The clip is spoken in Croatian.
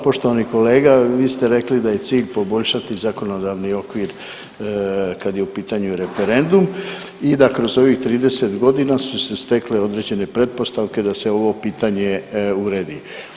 Poštovani kolega, vi ste rekli da je cilj poboljšati zakonodavni okvir kad je u pitanju referendum i da kroz ovih 30.g. su se stekle određene pretpostavke da se ovo pitanje uredi.